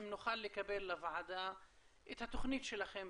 אם נוכל לקבל לוועדה את התוכנית שלכם,